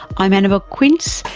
i'm annabelle quince,